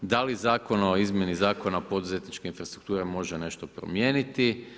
Da li zakon o izmjeni Zakona o poduzetničkoj infrastrukturi može nešto promijeniti?